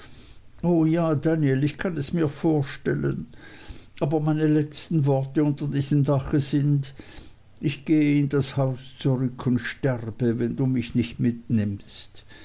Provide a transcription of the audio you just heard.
o ja danl ich kann es mir vorstellen aber meine letzten worte unter diesem dache sind ich gehe in das haus zurück und sterbe wenn du mich nicht mitnimmst